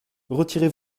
retirez